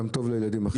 גם טוב לילדים אחרים.